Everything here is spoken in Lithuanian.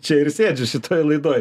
čia ir sėdžiu šitoj laidoj